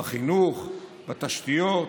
בחינוך, בתשתיות,